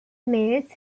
males